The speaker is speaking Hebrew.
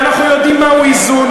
ואנחנו יודעים מהו איזון.